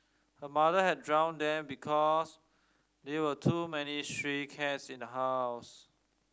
her mother had drowned them because there were too many stray cats in the house